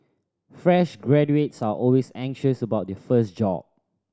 fresh graduates are always anxious about their first job